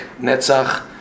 Netzach